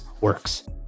works